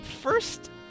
first